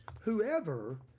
whoever